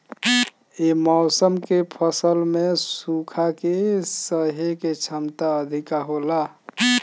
ये मौसम के फसल में सुखा के सहे के क्षमता अधिका होला